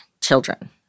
children